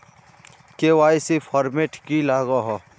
KYC format की लागोहो?